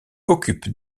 occupe